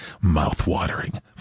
Mouth-watering